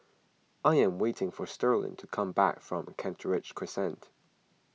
I am waiting for Sterling to come back from Kent Ridge Crescent